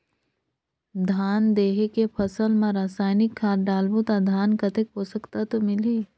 धान देंके फसल मा रसायनिक खाद डालबो ता धान कतेक पोषक तत्व मिलही?